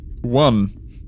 one